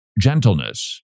gentleness